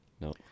No